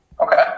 Okay